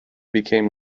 became